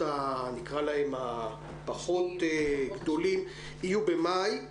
שנקרא להם פחות גדולים יהיו במאי,